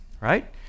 right